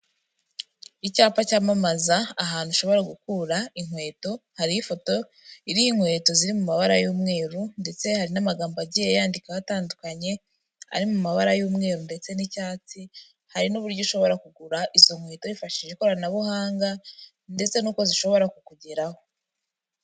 Icyapa cyamamaza ahantu ushobora gukura inkweto, hariho ifoto iriho inkweto ziri mu mabara y'umweru ndetse hari n'amagambo agiye yandikwaho atandukanye, ari mu mabara y'umweru ndetse n'icyatsi, hari n'uburyo ushobora kugura izo nkweto wifashishije ikoranabuhanga ndetse n'uko zishobora kukugeraho.